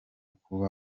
kuba